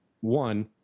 One